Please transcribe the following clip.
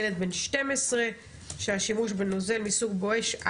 ילד בן 12 שהשימוש בנוזל מסוג "בואש"